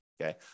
okay